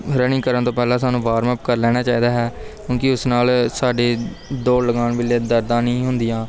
running ਕਰਨ ਤੋਂ ਪਹਿਲਾਂ ਸਾਨੂੰ ਵਾਰਮਅਪ ਕਰ ਲੈਣਾ ਚਾਹੀਦਾ ਹੈ ਕਿਉਂਕਿ ਉਸ ਨਾਲ ਸਾਡੇ ਦੌੜ ਲਗਾਉਣ ਵੇਲੇ ਦਰਦਾਂ ਨਹੀਂ ਹੁੰਦੀਆਂ